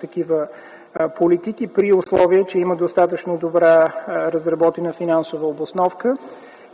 такива политики при условие, че има достатъчно добре разработена финансова обосновка